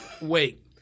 wait